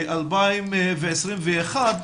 2021,